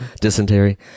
dysentery